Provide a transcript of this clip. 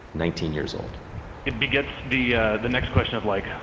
nineteen years old it begets the ah the next question of, like,